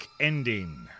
ending